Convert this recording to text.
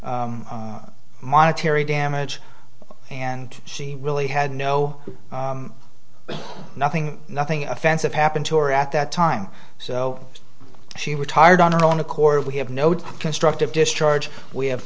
of monetary damage and she really had no nothing nothing offensive happened to her at that time so she retired on her own accord we have no doubt constructive discharge we have